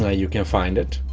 ah you can find it.